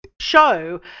show